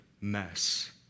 mess